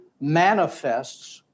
manifests